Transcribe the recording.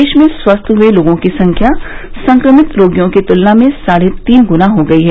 देश में स्वस्थ हुए लोगों की संख्या संक्रमित रोगियों की तुलना में साढ़े तीन गुना हो गयी है